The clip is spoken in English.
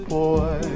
boy